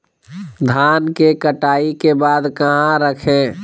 धान के कटाई के बाद कहा रखें?